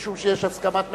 משום שיש הסכמת ממשלה,